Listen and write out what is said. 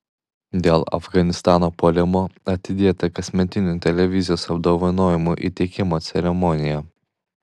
dėl afganistano puolimo atidėta kasmetinių televizijos apdovanojimų įteikimo ceremonija